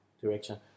direction